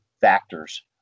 factors